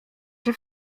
się